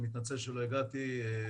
אני מתנצל שלא הגעתי,